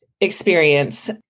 experience